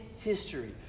history